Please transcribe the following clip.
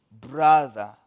brother